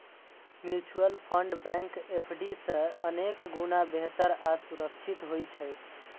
mutual fund bank FD सं अनेक गुणा बेहतर आ सुरक्षित होइ छै